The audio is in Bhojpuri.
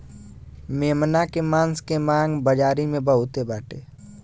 मेमना के मांस के मांग बाजारी में बहुते बाटे